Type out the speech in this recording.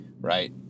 Right